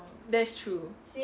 that's true